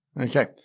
Okay